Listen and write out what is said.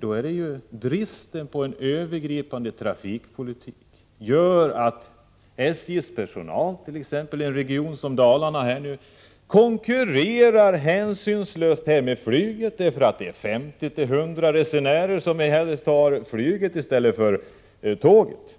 mellan olika grupper av tågresenärer. Bristen på en övergripande trafikpolitik gör att SJ:s personal i exempelvis en region som Dalarna konkurrerar hänsynslöst med flyget — därför att 50-100 resenärer hellre tar flyget än tåget.